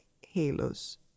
halos